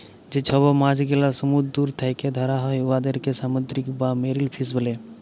যে ছব মাছ গেলা সমুদ্দুর থ্যাকে ধ্যরা হ্যয় উয়াদেরকে সামুদ্দিরিক বা মেরিল ফিস ব্যলে